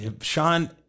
Sean